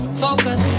Focus